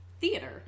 theater